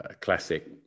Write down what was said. classic